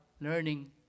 learning